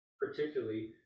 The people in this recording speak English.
particularly